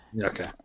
Okay